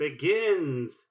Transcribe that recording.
begins